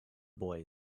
boy